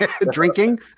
Drinking